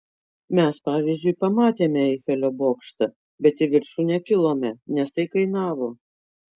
mes pavyzdžiui pamatėme eifelio bokštą bet į viršų nekilome nes tai kainavo